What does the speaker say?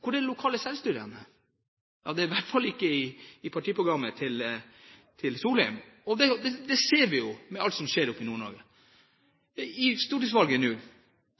Hvor er det lokale selvstyret? Det er i hvert fall ikke i partiprogrammet til Solheim. Det ser vi med alt som skjer i Nord-Norge. Ved stortingsvalget